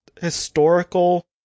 historical